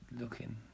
looking